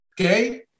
Okay